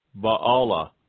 Ba'ala